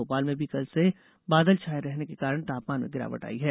भोपाल में भी कल से बादल छाये रहने के कारण तापमान में गिरावट आई है